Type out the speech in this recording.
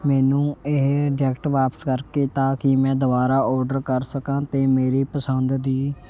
ਮੈਨੂੰ ਇਹ ਜੈਕਟ ਵਾਪਸ ਕਰਕੇ ਤਾਂ ਕਿ ਮੈਂ ਦੁਬਾਰਾ ਔਡਰ ਕਰ ਸਕਾਂ ਅਤੇ ਮੇਰੀ ਪਸੰਦ ਦੀ